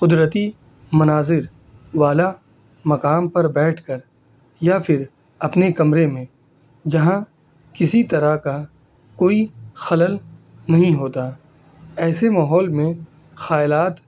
قدرتی مناظر والا مقام پر بیٹھ کر یا پھر اپنے کمرے میں جہاں کسی طرح کا کوئی خلل نہیں ہوتا ایسے ماحول میں خیالات